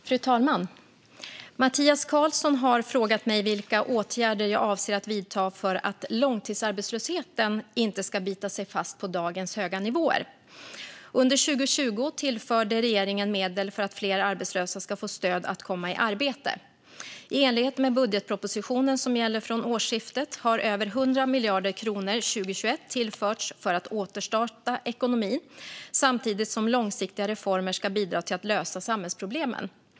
Fru talman! Mattias Karlsson har frågat mig vilka åtgärder jag avser att vidta för att långtidsarbetslösheten inte ska bita sig fast på dagens höga nivåer. Under 2020 tillförde regeringen medel för att fler arbetslösa ska få stöd att komma i arbete. I enlighet med budgetpropositionen, som gäller från årsskiftet, har över 100 miljarder kronor tillförts 2021 för att återstarta ekonomin, samtidigt som långsiktiga reformer ska bidra till att lösa samhällsproblemen.